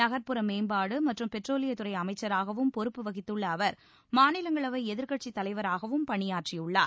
நகர்ப்புற மேம்பாடு மற்றும் பெட்ரோலியத்துறை அமைச்சராகவும் பொறுப்பு வகித்தள்ள அவர் மாநிலங்களவை எதிர்க்கட்சித் தலைவராகவும் பணியாற்றியுள்ளார்